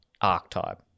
archetype